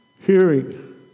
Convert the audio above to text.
hearing